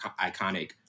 iconic